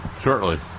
shortly